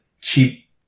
cheap